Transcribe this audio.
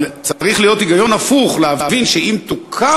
אבל צריך להיות היגיון הפוך כדי להבין שאם תוקם